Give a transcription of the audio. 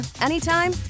anytime